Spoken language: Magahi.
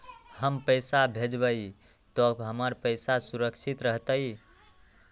हम पैसा भेजबई तो हमर पैसा सुरक्षित रहतई?